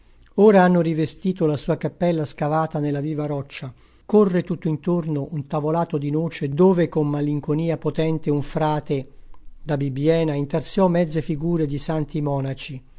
ora hanno rivestito la sua cappella scavata nella viva roccia corre tutt'intorno un tavolato di noce dove con malinconia potente un frate da bibbiena intarsiò mezze figure di santi monaci